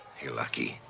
you're lucky.